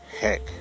heck